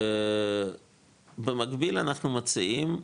במקביל, אנחנו מציעים,